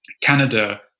Canada